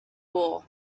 all